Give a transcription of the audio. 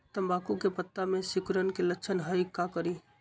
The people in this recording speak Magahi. तम्बाकू के पत्ता में सिकुड़न के लक्षण हई का करी?